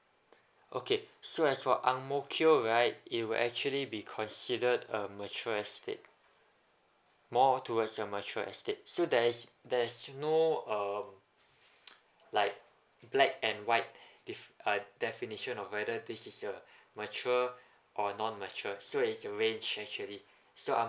okay so as for ang mo kio right it will actually be considered a mature estate more towards a mature estate so there is there's no um like black and white defi~ definition of whether this is a mature or non mature so is the range actually so